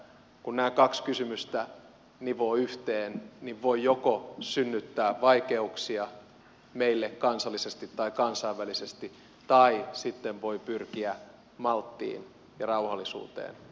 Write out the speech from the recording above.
kun nämä kaksi kysymystä nivoo yhteen niin joko voi synnyttää vaikeuksia meille kansallisesti tai kansainvälisesti tai sitten voi pyrkiä malttiin ja rauhallisuuteen